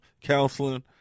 counseling